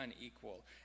unequal